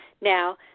Now